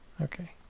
Okay